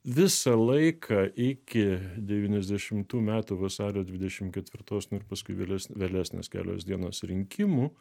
visą laiką iki devyniasdešimtų metų vasario dvidešim ketvirtos nu ir paskui vėlesn vėlesnės kelios dienos rinkimų